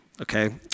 okay